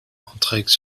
entraigues